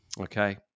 Okay